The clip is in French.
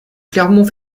clermont